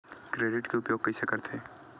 Credit के उपयोग कइसे करथे?